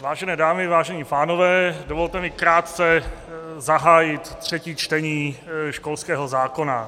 Vážené dámy, vážení pánové, dovolte mi krátce zahájit třetí čtení školského zákona.